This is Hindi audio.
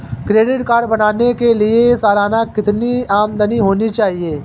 क्रेडिट कार्ड बनाने के लिए सालाना कितनी आमदनी होनी चाहिए?